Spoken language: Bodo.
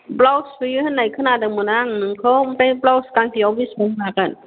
ब्लाउस सुयो होनना खोनादोंमोन आं नोंखौ ओमफ्राय ब्लाउस गांसेआव बेसेबां लागोन